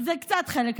זה קצת חלק מהעניין,